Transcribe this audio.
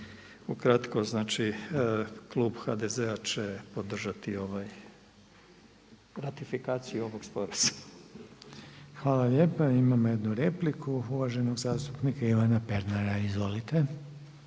Ukratko znači klub HDZ-a će podržati ovaj ratifikaciju ovog sporazuma. **Reiner, Željko (HDZ)** Hvala lijepa. Imamo jednu repliku uvaženog zastupnika Ivana Pernara. Izvolite.